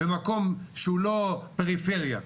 במקום שהוא לא פריפריה.